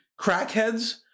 crackheads